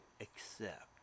accept